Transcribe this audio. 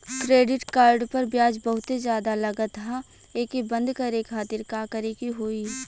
Credit card पर ब्याज बहुते ज्यादा लगत ह एके बंद करे खातिर का करे के होई?